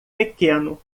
pequeno